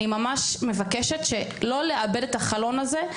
אני ממש מבקשת שלא לאבד את החלון הזה,